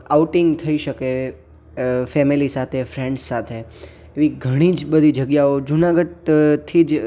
outing થઈ શકે family સાથે ફ્રેન્ડ્સ સાથે એવી ઘણી જ બધી જગ્યાઓ જુનાગઢથી જ